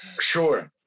Sure